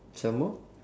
some more